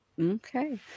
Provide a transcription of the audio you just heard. okay